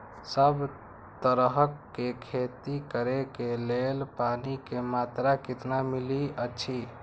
सब तरहक के खेती करे के लेल पानी के मात्रा कितना मिली अछि?